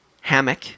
Hammock